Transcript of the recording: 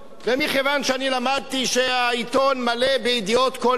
ומכיוון שאני למדתי שהעיתון מלא בידיעות כל יום,